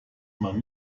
man